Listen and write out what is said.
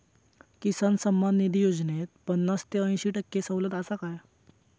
किसान सन्मान निधी योजनेत पन्नास ते अंयशी टक्के सवलत आसा काय?